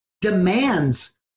demands